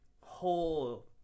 whole